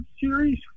series